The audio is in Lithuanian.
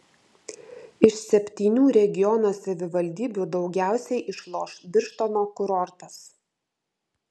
iš septynių regiono savivaldybių daugiausiai išloš birštono kurortas